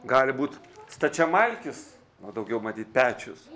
gali būt stačiamalkis o daugiau matyt pečius